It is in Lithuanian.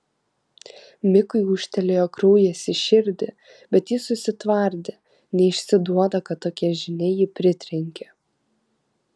mikui ūžtelėjo kraujas į širdį bet jis susitvardė neišsiduoda kad tokia žinia jį pritrenkė